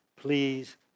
Please